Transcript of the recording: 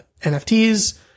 NFTs